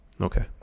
Okay